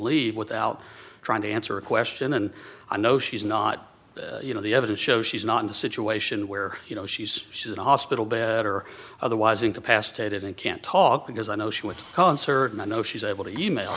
leave without trying to answer a question and i know she's not you know the evidence shows she's not in a situation where you know she's she's in a hospital bed or otherwise incapacitated and can't talk because i know she would call in certain i know she's able to e mail